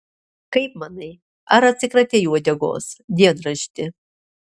kaip manai ar atsikratei uodegos dienrašti